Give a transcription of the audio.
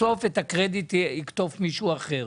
בסוף את הקרדיט יקטוף מישהו אחר,